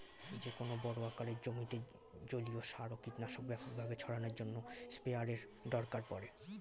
যেকোনো বড় আকারের জমিতে জলীয় সার ও কীটনাশক ব্যাপকভাবে ছড়ানোর জন্য স্প্রেয়ারের দরকার পড়ে